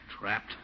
Trapped